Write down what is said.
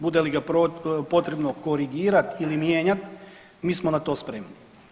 Bude li ga potrebno korigirati ili mijenjati mi smo na to spremni.